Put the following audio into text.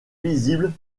visible